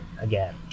again